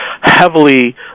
heavily